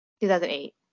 2008